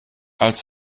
als